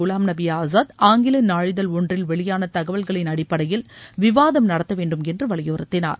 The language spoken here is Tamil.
குவாம்நபி ஆசாத் ஆங்கில நாளிதழ் ஒன்றில் வெளியாள தகவல்களின் அடிப்படையில் விவாதம் நடத்த வேண்டும் என்று வலியுறுத்தினார்